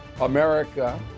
America